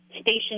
station